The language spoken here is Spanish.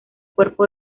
cuerpo